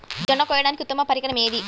జొన్న కోయడానికి ఉత్తమ పరికరం ఏది?